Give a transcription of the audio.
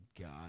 God